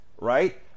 right